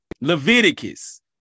Leviticus